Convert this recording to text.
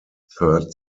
third